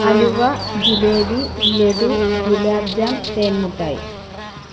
അലുവ jalebi laddu gulab jam തേൻമുട്ടായി